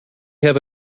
have